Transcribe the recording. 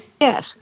Yes